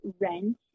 rent